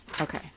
okay